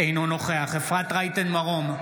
אינו נוכח אפרת רייטן מרום,